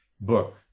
book